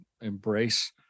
embrace